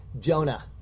Jonah